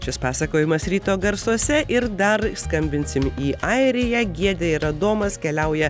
šis pasakojimas ryto garsuose ir dar skambinsim į airiją giedrė ir adomas keliauja